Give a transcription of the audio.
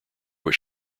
was